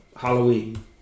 Halloween